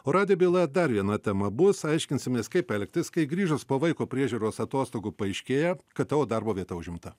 o radijo byla dar viena tema bus aiškinsimės kaip elgtis kai grįžus po vaiko priežiūros atostogų paaiškėja kad tavo darbo vieta užimta